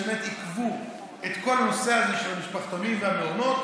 שבאמת עיכבו את כל הנושא של המשפחתונים והמעונות,